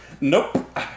Nope